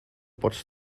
pots